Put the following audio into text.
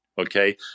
Okay